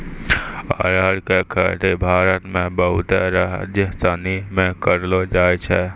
अरहर के खेती भारत मे बहुते राज्यसनी मे करलो जाय छै